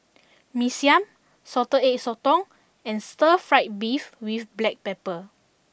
Mee Siam Salted Egg Sotong and Stir Fried Beef with Black Pepper